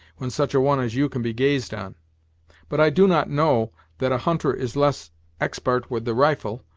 when such a one as you can be gazed on but i do not know that a hunter is less expart with the rifle,